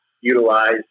utilize